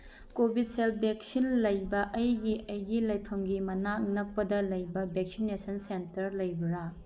Covishield vaccine ꯂꯩꯕ ꯑꯩꯒꯤ ꯑꯩꯒꯤ ꯂꯩꯐꯝꯒꯤ ꯃꯅꯥꯛ ꯅꯛꯄꯗ ꯂꯩꯕ ꯚꯦꯛꯁꯤꯅꯦꯁꯟ ꯁꯦꯟꯇꯔ ꯂꯩꯕꯔꯥ